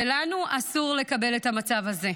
ולנו אסור לקבל את המצב הזה,